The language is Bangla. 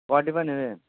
কয় ডিব্বা নেবে